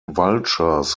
vultures